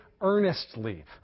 earnestly